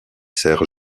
serres